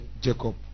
Jacob